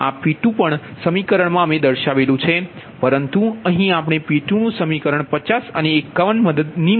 આ P2 પણ સમીકરણ મા અમે દર્શાવેલુ છે પરંતુ અહીં આપણે P2 નુ સમીકરણ 50 અને 51 મદદથી લખ્યુ છે Pi માટે